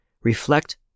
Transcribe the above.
reflect